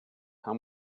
how